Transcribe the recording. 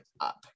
up